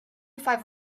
five